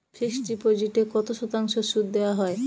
Fixed ডিপোজিটে কত শতাংশ সুদ দেওয়া হয়?